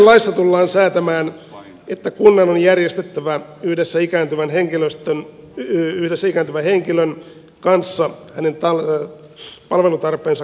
laissa tullaan säätämään että kunnan on järjestettävä yhdessä ikääntyvän henkilön kanssa hänen palvelutarpeensa kartoitus